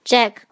Jack